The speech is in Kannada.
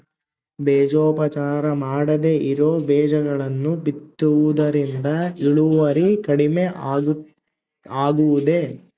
ಬೇಜೋಪಚಾರ ಮಾಡದೇ ಇರೋ ಬೇಜಗಳನ್ನು ಬಿತ್ತುವುದರಿಂದ ಇಳುವರಿ ಕಡಿಮೆ ಆಗುವುದೇ?